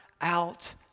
out